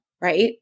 Right